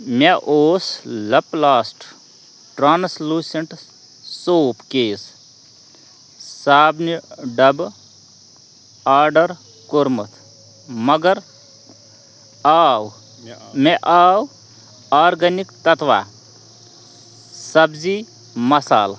مےٚ اوس لیپ لاسٹہٕ ٹرٛانَس لوٗسیٚنٛٹٕس صوپ کیس صابنہِ ڈبہٕ آرڈر کوٚرمُت مگر آو مےٚ آو آرگَنِک تتوا سبزی مصالہٕ